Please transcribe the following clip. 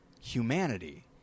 humanity